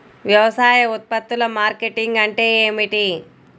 వ్యవసాయ ఉత్పత్తుల మార్కెటింగ్ అంటే ఏమిటి?